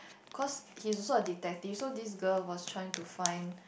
cause he's also a detective so this girl was trying to find